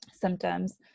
symptoms